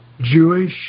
Jewish